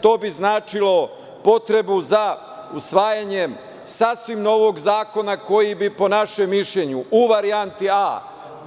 To bi značilo potrebu za usvajanjem sasvim novog zakona koji bi, po našem mišljenju, u varijanti a)